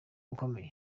ukomeye